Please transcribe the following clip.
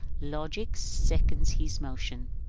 logic seconds his motion.